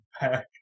back